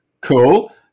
cool